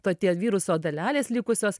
to tie viruso dalelės likusios